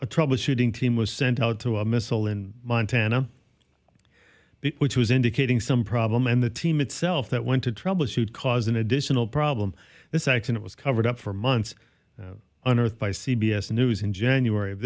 a troubleshooting team was sent out to a missile in montana which was indicating some problem and the team itself that went to troubleshoot cause an additional problem this accident was covered up for months on earth by c b s news in january of